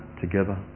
together